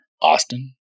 Austin